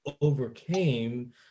overcame